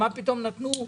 מה פתאום נתנו למישהו,